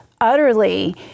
utterly